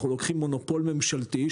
אנחנו לוקחים מונופול ממשלתי,